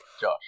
Josh